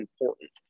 important